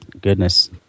goodness